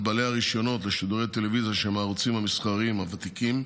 על בעלי הרישיונות בשידורי הטלוויזיה שהם הערוצים המסחריים הוותיקים,